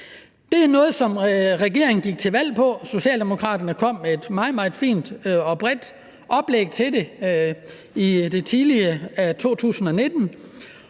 Det er noget, som regeringen gik til valg på. Socialdemokraterne kom med et meget, meget fint og bredt oplæg til det i det tidlige 2019,